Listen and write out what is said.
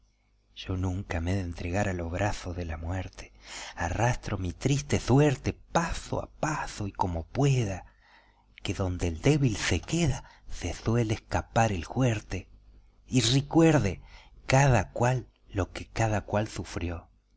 yo nunca me he de entregar a los brazos de la muerte arrastro mi triste suerte paso a paso y como pueda que donde el débil se queda se suele escapar el juerte y ricuerde cada cual lo que cada cual sufrió